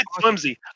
flimsy